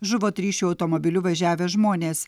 žuvo trys šiuo automobiliu važiavę žmonės